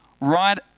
right